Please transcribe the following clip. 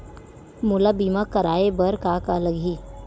मोला बीमा कराये बर का का लगही?